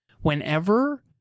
Whenever